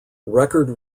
record